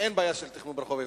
אין בעיה של תכנון ברחוב היהודי.